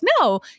no